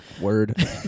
Word